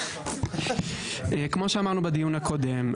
כמו שאמרנו בדיון הקודם,